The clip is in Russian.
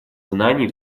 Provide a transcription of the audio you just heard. знаний